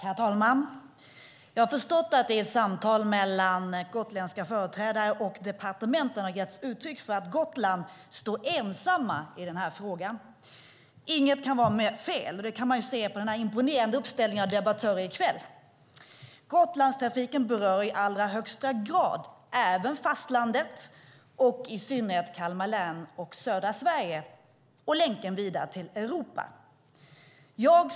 Herr talman! Jag har förstått att det i samtal mellan gotländska företrädare och departementen har getts uttryck för att Gotland står ensamt i denna fråga. Inget kan vara mer fel, och det ser man på kvällens imponerande uppställning av debattörer. Gotlandstrafiken berör i högsta grad även fastlandet, i synnerhet Kalmar län, södra Sverige och länken vidare till Europa.